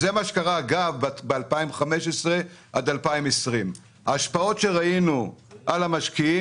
זה מה שקרה מ-2015 עד 2020. ההשפעות שראינו על המשקיעים,